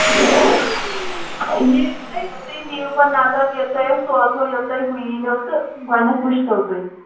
ییٚلہِ تُہۍ تُہۍ دِیِو گۄڈٕ نظر ییٚلہِ تۄہہِ أسۍ سوزہو ییٚلہِ تۄہہِ ہُہ ییٖنو تہٕ گۄڈنٮ۪تھ وٕچھتو تُہۍ